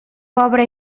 pobre